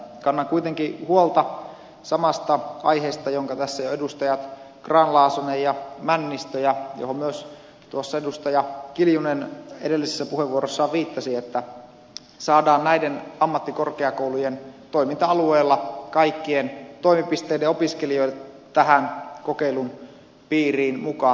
kannan kuitenkin huolta samasta aiheesta jonka tässä jo edustajat grahn laasonen ja männistö mainitsivat ja johon myös tuossa edustaja kiljunen edellisessä puheenvuorossaan viittasi siitä että saadaan näiden ammattikorkeakoulujen toiminta alueella kaikkien toimipisteiden opiskelijat tähän kokeilun piiriin mukaan